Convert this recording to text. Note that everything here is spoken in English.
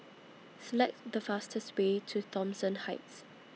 Select The fastest Way to Thomson Heights